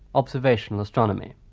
observational astronomy.